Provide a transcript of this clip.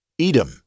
Edom